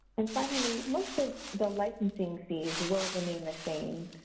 and finally, most of the licensing fees will remain the same.